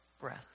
breath